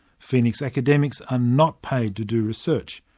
phoenix academics are not paid to do research,